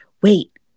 Wait